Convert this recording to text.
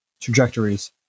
trajectories